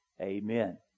Amen